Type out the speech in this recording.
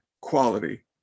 quality